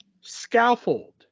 Scaffold